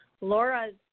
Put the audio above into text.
Laura's